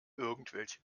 irgendwelche